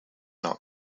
not